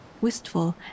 wistful